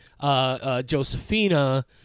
Josephina